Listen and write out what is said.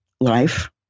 life